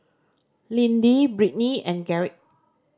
Lindy Britny and Garrick